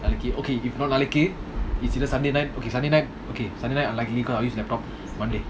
நாளைக்கு:nalaiku okay if not நாளைக்கு:nalaiku it's either sunday night okay sunday night okay sunday night unlikely cause I'll use laptop monday